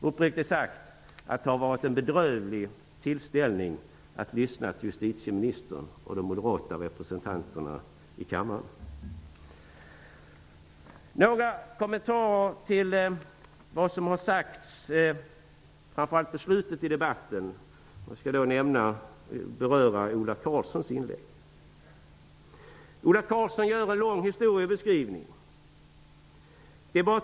Uppriktigt sagt har det varit en bedrövlig tillställning att lyssna till justitieministern och de moderata representanterna i kammaren. Jag vill göra några kommentaren till vad som har sagts framför allt i slutet av debatten. Jag skall beröra Ola Karlssons inlägg. Ola Karlsson gör en lång beskrivning av historien.